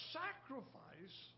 sacrifice